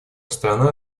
страна